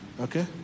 Okay